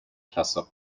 klasse